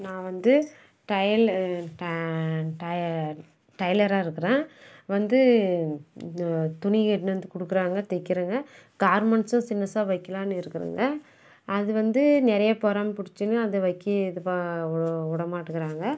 நான் வந்து டயலில் ட டய டைலராக இருக்கிறேன் வந்து இது துணி எடுத்துன்னு வந்து கொடுக்கறாங்க தைக்கிறேங்க கார்மெண்ட்ஸும் சின்னுசாக வைக்கலான்னு இருக்கிறேங்க அது வந்து நிறையா பொறாமை பிடிச்சின்னு அதை வைக்கவே இது ப அவ்வளோ விட மாட்டேங்கறாங்க